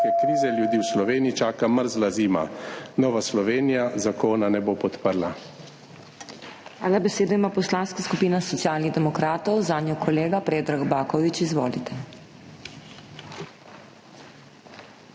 krize. Ljudi v Sloveniji čaka mrzla zima. Nova Slovenija zakona ne bo podprla.